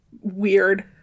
Weird